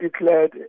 declared